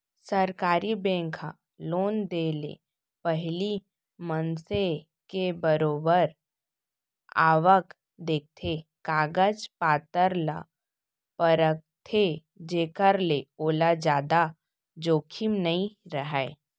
सरकारी बेंक ह लोन देय ले पहिली मनसे के बरोबर आवक देखथे, कागज पतर ल परखथे जेखर ले ओला जादा जोखिम नइ राहय